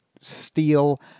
steal